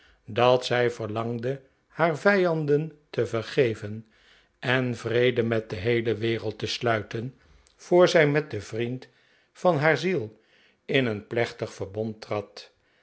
dat zij verlangde haar vijanden te vergeven en vrede met de heele wereld te sluiten voor zij met den vriend van haar ziel in een plechtig verbond trad